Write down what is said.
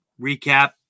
recap